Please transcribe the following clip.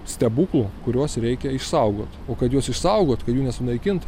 stebuklų kuriuos reikia išsaugot o kad juos išsaugot kad jų nesunaikint